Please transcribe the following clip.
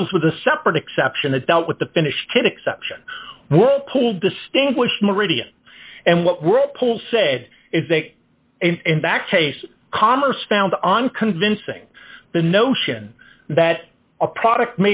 deals with a separate exception that dealt with the finished exception whirlpool distinguished meridian and what whirlpool said is a and back case commerce found on convincing the notion that a product